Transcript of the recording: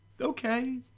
Okay